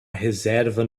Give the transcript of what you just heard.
reserva